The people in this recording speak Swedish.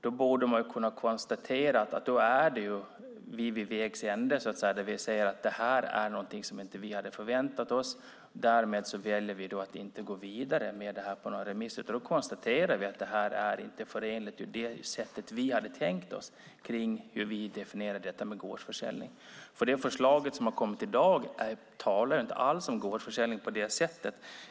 Då borde man kunna konstatera att vi är vid vägs ände och säga att detta var något som vi inte hade väntat oss och att vi därför väljer att inte gå vidare och inte låta detta gå ut på remiss. Man bör konstatera att detta inte är förenligt med det som vi hade tänkt oss och med hur vi definierar gårdsförsäljning. Det förslag som har kommit handlar ju inte alls om gårdsförsäljning på det sättet.